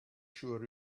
sure